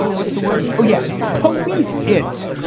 what's the word? oh, yeah. police it.